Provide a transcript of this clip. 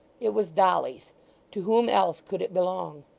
it was dolly's to whom else could it belong?